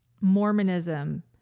mormonism